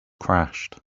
crashed